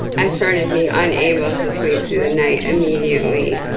i started being unable to sleep through the night immediately.